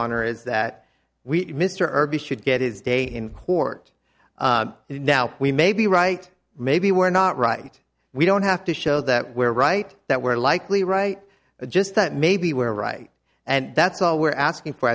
honor is that we mr irby should get his day in court and now we may be right maybe we're not right we don't have to show that we're right that we're likely right just that maybe we're right and that's all we're asking for